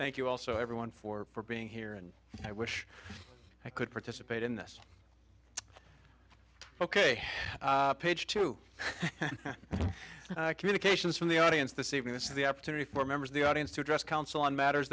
thank you also everyone for for being here and i wish i could participate in this ok page two communications from the audience this evening this is the opportunity for members of the audience to address council on matters